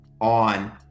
on